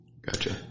Gotcha